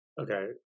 okay